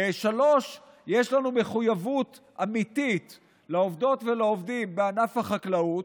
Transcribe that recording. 3. יש לנו מחויבות אמיתית לעובדות ולעובדים בענף החקלאות,